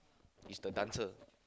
he's the dancer